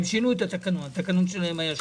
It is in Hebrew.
יש מכלול שלם של דברים